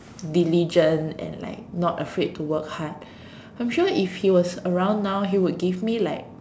diligent and like not afraid to work hard I'm sure if he was around now he would give me like